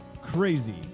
crazy